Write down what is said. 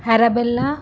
Arabella